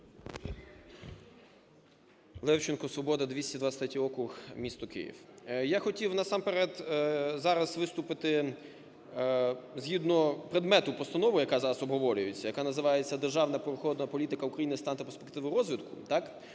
Левченко, "Свобода", 223 округ, місто Київ. Я хотів насамперед зараз виступити згідно предмету постанови, яка зараз обговорюється, яка називається: "Державна природоохоронна політика України: стан та перспективи розвитку",